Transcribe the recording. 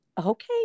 okay